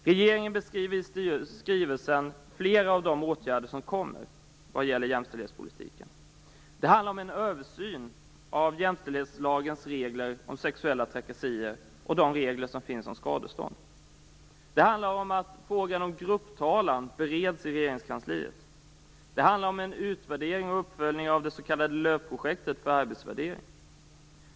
Regeringen beskriver i skrivelsen flera av de åtgärder som kommer vad gäller jämställdhetspolitiken. Det handlar om en översyn av jämställdhetslagens regler om sexuella trakasserier och de regler som finns om skadestånd. Det handlar om att frågan om grupptalan bereds i regeringskansliet. Det handlar om en utvärdering och uppföljning av det s.k. LÖV projektet för arbetsvärdering.